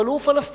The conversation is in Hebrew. אבל הוא פלסטיני.